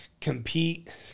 compete